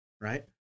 right